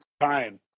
time